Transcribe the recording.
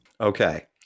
Okay